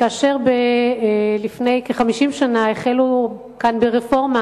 כאשר לפני כ-50 שנה החלו כאן ברפורמה